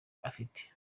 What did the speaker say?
afite